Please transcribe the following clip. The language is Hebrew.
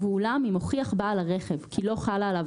ואולם אם הוכיח בעל הרכב כי לא חלה עליו